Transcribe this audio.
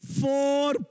four